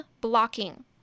blocking